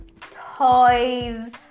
toys